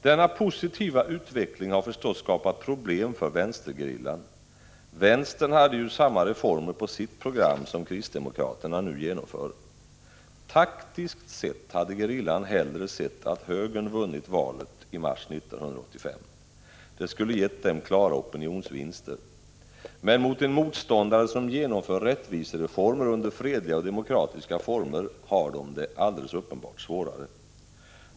Den positiva utvecklingen har förstås skapat problem för vänstergerillan — vänstern hade ju samma reformer på sitt program som kristdemokraterna nu genomför. Taktiskt sett hade gerillan hellre sett att högern vunnit valet i mars 1985. Det skulle ha gett den klara opinionsvinster. Men mot en motståndare som genomför rättvisereformer under fredliga och demokratiska former har man det uppenbarligen svårare.